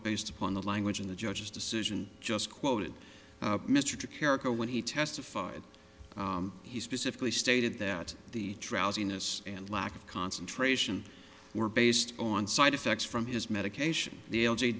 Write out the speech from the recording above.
based upon the language in the judge's decision just quoted mr character when he testified he specifically stated that the drowsiness and lack of concentration were based on side effects from his medication the